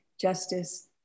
justice